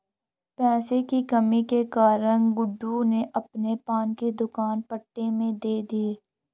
पैसे की कमी के कारण गुड्डू ने अपने पान की दुकान पट्टे पर दी